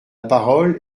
parole